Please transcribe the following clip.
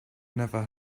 never